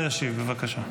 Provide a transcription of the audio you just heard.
השר ישיב, בבקשה.